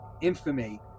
infamy